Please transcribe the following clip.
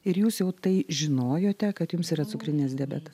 ir jūs jau tai žinojote kad jums yra cukrinis diabetas